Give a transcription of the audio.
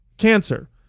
cancer